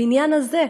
הבניין הזה,